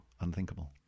unthinkable